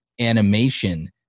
animation